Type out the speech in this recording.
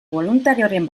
boluntarioren